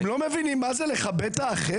אתם לא מבינים מה זה לכבד את האחר?